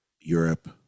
Europe